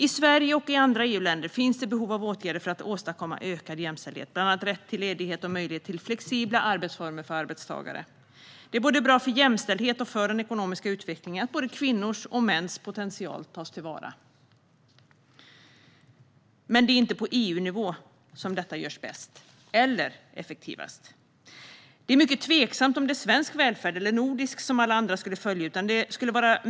I Sverige och i andra EU-länder finns det behov av åtgärder för att åstadkomma ökad jämställdhet, bland annat rätt till ledighet och möjlighet till flexibla arbetsformer för arbetstagare. Det är bra både för jämställdheten och för den ekonomiska utvecklingen att både kvinnors och mäns potential tas till vara. Men det är inte på EU-nivå som detta görs bäst eller effektivast. Det är mycket tveksamt om det är svensk eller nordisk välfärd som alla andra skulle följa.